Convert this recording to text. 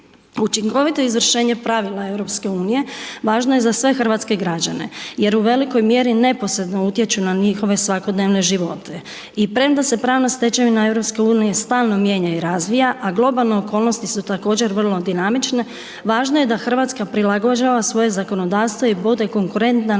Učinkovito izvršenje pravila EU važno je za sve hrvatske građane jer u velikoj mjeri neposredno utječu na njihove svakodnevne živote. I premda se pravna stečevina EU stalno mijenja i razvija, a globalne okolnosti su također vrlo dinamične, važno je da Hrvatska prilagođava svoje zakonodavstvo i bude konkurentna na